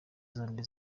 zombi